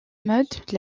mode